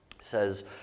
says